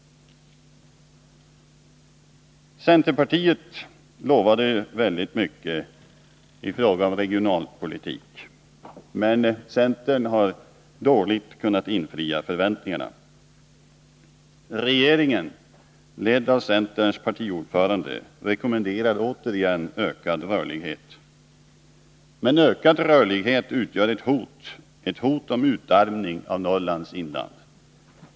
Centerpartiet, som lovade så mycket i fråga om regionalpolitik, har dåligt kunnat infria förväntningarna. Regeringen, ledd av centerns partiordförande, rekommenderar återigen ökad rörlighet. Men ökad rörlighet utgör ett hot om utarmning av Norrlands inland.